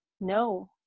No